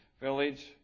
village